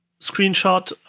screenshot,